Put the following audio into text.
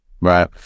right